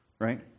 Right